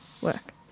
Work